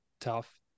tough